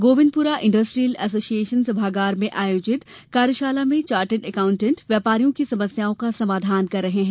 Govindpura industrial association सभागार में आयोजित कार्यशाला में चार्टर्ड अकाउंटेंट व्यापारियों की समस्याओं का समाधान कर रहे हैं